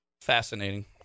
Fascinating